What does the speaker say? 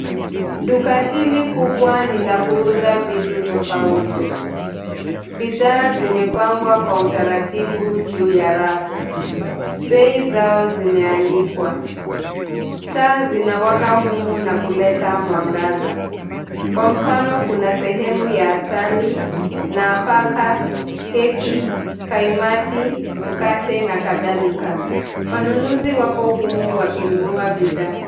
Duka hili kubwa ni la kuuza vitu tofauti. Bidhaa zimepangwa kwa utaratibu juu ya rafu. Bei zao zimeandikwa. Taa zinawaka humu na kuleta mwangaza. Kwa mfano kuna sehemu ya asali, nafaka, keki, kaimati, mkate na kadhalika. Wanunuzi wako humu wakinunua bidhaa.